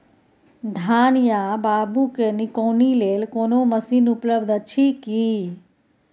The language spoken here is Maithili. धान या बाबू के निकौनी लेल कोनो मसीन उपलब्ध अछि की?